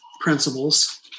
principles